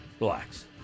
Relax